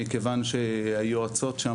מכיוון שהיועצות שם,